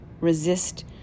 resist